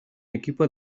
equipo